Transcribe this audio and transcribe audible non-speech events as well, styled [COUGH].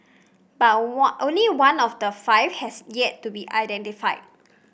but [UNINTELLIGIBLE] only one of the five has yet to be identified